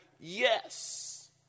yes